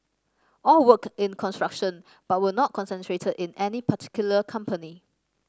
all worked in construction but were not concentrated in any particular company